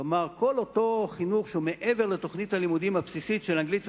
כלומר כל אותו חינוך שהוא מעבר לתוכנית הלימודים הבסיסית של אנגלית,